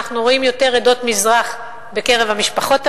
אנחנו רואים יותר עדות מזרח בקרב המשפחות הללו,